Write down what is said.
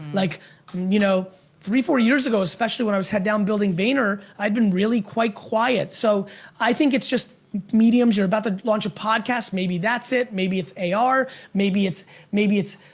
like you know three, four years go, especially when i was head down building vayner, i had been really quite quiet. so i think it's just mediums, you're about to launch a podcast, maybe that's it, maybe it's ar, maybe it's maybe it's